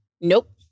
Nope